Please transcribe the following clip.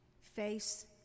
face